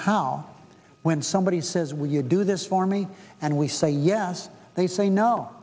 how when somebody says will you do this for me and we say yes they say no